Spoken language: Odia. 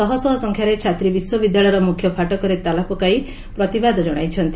ଶହ ଶହ ସଂଖ୍ୟାରେ ଛାତ୍ରୀ ବିଶ୍ୱବିଦ୍ୟାଳୟର ମୁଖ୍ୟ ଫାଟକରେ ତାଲା ପକାଇ ପ୍ରତିବାଦ ଜଣାଇଛନ୍ତି